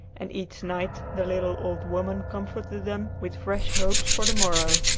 and each night the little old woman comforted them with fresh hope for the morrow.